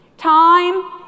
Time